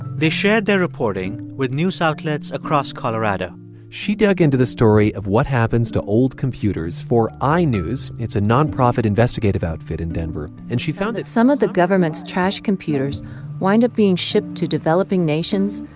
they shared their reporting with news outlets across colorado she dug into the story of what happens to old computers for i-news. it's a nonprofit investigative outfit in denver. and she found that. some of the government's trashed computers wind up being shipped to developing nations,